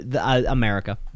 America